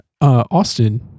Austin